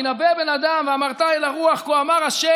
הִנָבֵא בן אדם ואמרת אל הרוח: כה אמר ה'